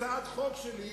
יש הצעת חוק שלי,